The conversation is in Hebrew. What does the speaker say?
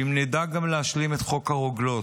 אם נדע גם להשלים את חוק הרוגלות,